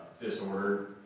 Disorder